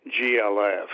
GLF